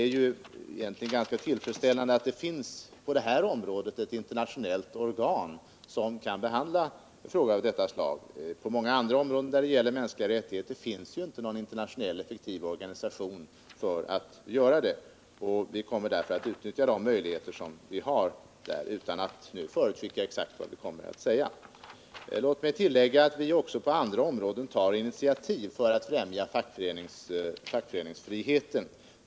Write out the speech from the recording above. Det är egentligen ganska tillfredsställande att det på detta område finns ett internationellt organ som kan behandla frågor av detta slag — på många andra områden som rör frågor om de mänskliga rättigheterna finns ingen sådan internationell effektiv organisation. Jag vill framhålla att vi kommer att utnyttja de möjligheter vi har att agera utan att nu förutskicka exakt vad vi kommer att säga. Låt mig tillägga att vi också på andra områden tar initiativ för att främja fackföreningsfriheten.